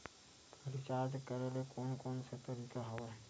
Recharge करे के कोन कोन से तरीका हवय?